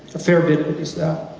a fair bit is that.